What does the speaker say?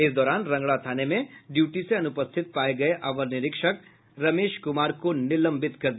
इस दौरान रंगरा थाने में ड्यूटी से अनुपस्थित पाये गये अवर निरीक्षक रमेश कुमार को निलंबित कर दिया